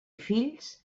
fills